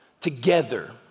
together